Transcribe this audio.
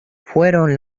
fueron